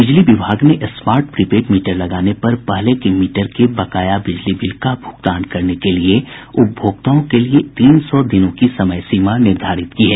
बिजली विभाग ने स्मार्ट प्री पेड मीटर लगने पर पहले के मीटर के बकाया बिजली बिल का भुगतान करने के लिए उपभोक्ताओं के लिए तीन सौ दिनों की समय सीमा निर्धारित की है